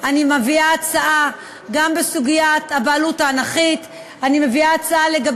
אז אתה קונה את אותו סופר מוכר ולא נותן צ'אנס לסופרים הצעירים,